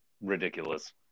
ridiculous